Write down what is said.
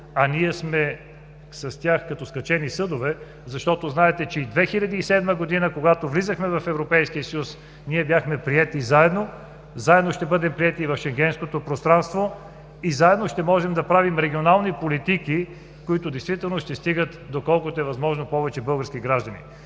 а ние с тях сме като скачени съдове, защото знаете, че и 2007 г., когато влизахме в Европейския съюз, ние бяхме приети заедно. Заедно ще бъдем приети и в Шенгенското пространство и заедно ще можем да правим регионални политики, които действително ще стигат до колкото е възможно повече български граждани.